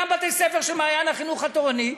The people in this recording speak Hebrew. גם בתי-ספר של "מעיין החינוך התורני"